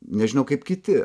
nežinau kaip kiti